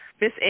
Miss